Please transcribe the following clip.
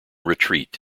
retreat